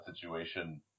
situation